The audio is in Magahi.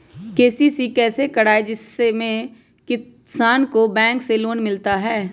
के.सी.सी कैसे कराये जिसमे किसान को बैंक से लोन मिलता है?